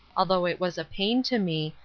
although it was a pain to me,